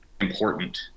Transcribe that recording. important